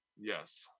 Yes